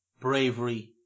bravery